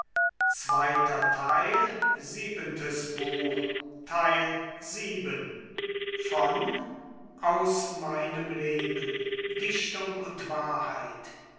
leben dichtung und wahrheit